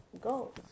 goals